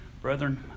Brethren